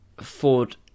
Ford